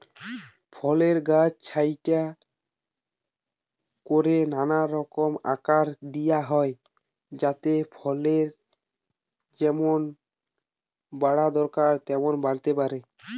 ফলের গাছ ছাঁটাই কোরে নানা রকম আকার দিয়া হয় যাতে ফলের যেমন বাড়া দরকার তেমন বাড়তে পারে